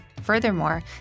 Furthermore